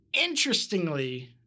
interestingly